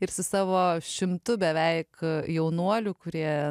ir savo šimtu beveik jaunuolių kurie